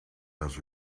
does